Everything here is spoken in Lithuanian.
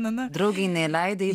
draugei neleidai